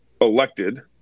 elected